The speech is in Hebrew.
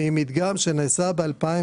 ממדגם שנעשה ב-2019.